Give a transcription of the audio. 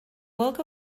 woke